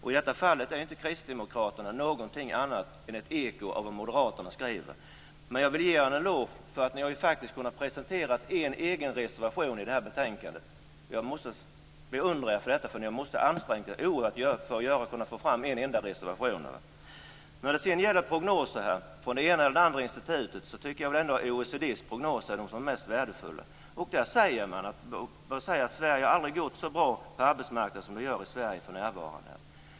I detta fall står Kristdemokraterna inte för något annat än ett eko av vad Jag vill dock ge dem en eloge för att de faktiskt har presenterat en egen reservation i det här betänkandet. Jag måste beundra er för detta. Ni måste ha ansträngt er oerhört för att få fram en enda reservation. När det sedan gäller prognoser från det ena eller andra institutet tycker jag att OECD:s prognoser är de mest värdefulla. Där säger man att arbetsmarknaden i Sverige aldrig har gått så bra som den gör i Sverige för närvarande.